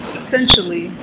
essentially